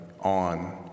on